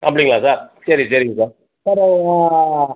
அப்படிங்களா சார் சரி சரிங்க சார்